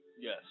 Yes